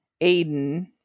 Aiden